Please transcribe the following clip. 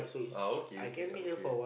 ah okay ya okay